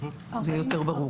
זה יהיה יותר ברור.